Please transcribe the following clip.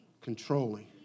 controlling